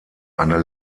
eine